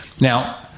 Now